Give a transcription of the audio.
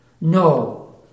no